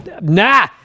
nah